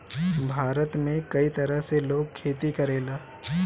भारत में कई तरह से लोग खेती करेला